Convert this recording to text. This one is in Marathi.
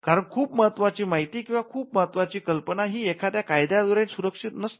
कारण खूप महत्वाची माहिती किंवा खूप महत्त्वाची कल्पना ही एखाद्या कायद्या द्वारे सुरक्षित नसते